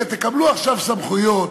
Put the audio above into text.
הנה, תקבלו עכשיו סמכויות,